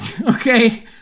okay